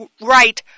right